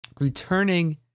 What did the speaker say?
returning